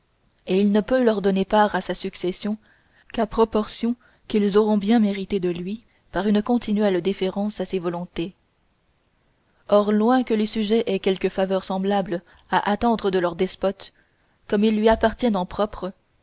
et il peut ne leur donner part à sa succession qu'à proportion qu'ils auront bien mérité de lui par une continuelle déférence à ses volontés or loin que les sujets aient quelque faveur semblable à attendre de leur despote comme ils lui appartiennent en propre